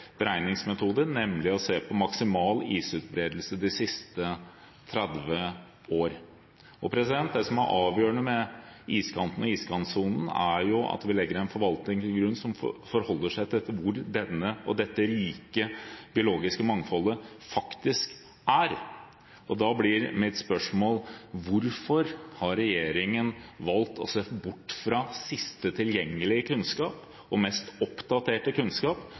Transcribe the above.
beregningsmetode, nemlig å se på maksimal isutbredelse de siste 30 år. Det som er avgjørende med iskanten og iskantsonen, er at vi legger en forvaltning til grunn som forholder seg til hvor dette rike biologiske mangfoldet faktisk er. Da blir mitt spørsmål: Hvorfor har regjeringen valgt å se bort fra siste tilgjengelige og mest oppdaterte kunnskap